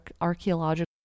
archaeological